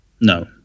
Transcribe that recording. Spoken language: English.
No